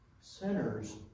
sinners